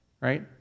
right